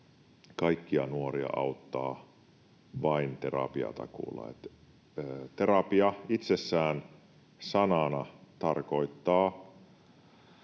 kaikkia nuoria auttaa vain terapiatakuulla. Terapia itsessään sanana tarkoittaa